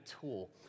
tool